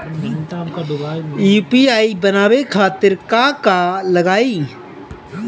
UPI बनावे खातिर का का लगाई?